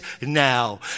now